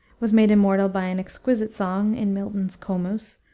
was made immortal by an exquisite song in milton's comus,